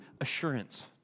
assurance